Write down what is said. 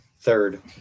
Third